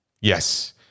Yes